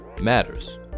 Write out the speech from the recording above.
matters